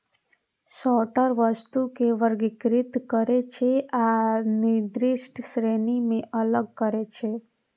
sorter वस्तु कें वर्गीकृत करै छै आ निर्दिष्ट श्रेणी मे अलग करै छै